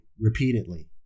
repeatedly